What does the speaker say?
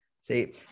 See